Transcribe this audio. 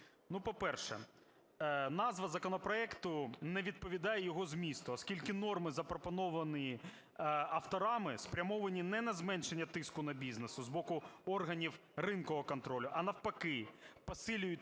По-перше, назва законопроекту не відповідає його змісту, оскільки норми, запропоновані авторами, спрямовані не на зменшення тиску на бізнес з боку органів ринкового контролю, а навпаки – посилюють